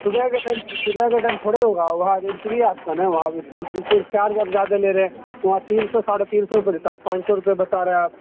صبح صبح اگر ہوگا وہاں انٹری ہے آپ کو نا چارج زیادہ لے رہے ہیں تین سو ساڑھے تین سو روپے لیتا آپ پانچ روپے بتا رہے آپ